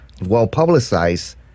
well-publicized